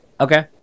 Okay